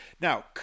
Now